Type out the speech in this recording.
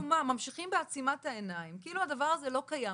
ממשיכים בעצימת העיניים, כאילו הדבר הזה לא קיים.